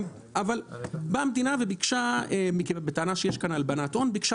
אבל באה המדינה ובטענה שיש כאן הלבנת הון ביקשה